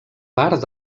part